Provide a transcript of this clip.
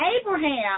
Abraham